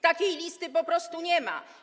Takiej listy po prostu nie ma.